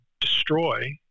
destroy